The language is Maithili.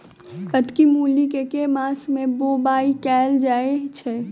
कत्की मूली केँ के मास मे बोवाई कैल जाएँ छैय?